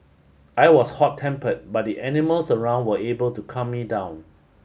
I was hot tempered but the animals around were able to calm me down